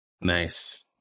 Nice